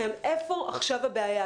איפה עכשיו הבעיה?